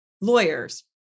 lawyers